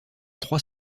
trois